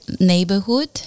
neighborhood